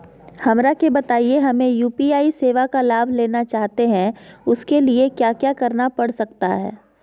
हमरा के बताइए हमें यू.पी.आई सेवा का लाभ लेना चाहते हैं उसके लिए क्या क्या करना पड़ सकता है?